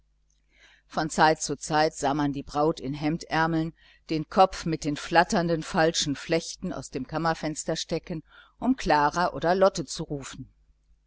von zeit zu zeit sah man die braut in hemdärmeln den kopf mit den flatternden falschen flechten aus dem kammerfenster stecken um klara oder lotte zu rufen